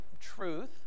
truth